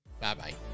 Bye-bye